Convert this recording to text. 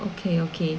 okay okay